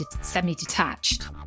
semi-detached